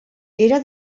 era